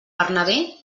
bernabé